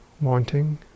wanting